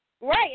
Right